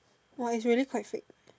!wah! is really quite fake